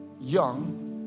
young